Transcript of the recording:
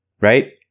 right